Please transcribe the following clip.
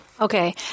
Okay